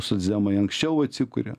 socdemai anksčiau atsikuria